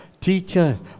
teachers